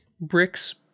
Bricks